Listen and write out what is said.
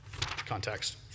context